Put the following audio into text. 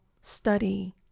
study